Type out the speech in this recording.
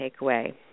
takeaway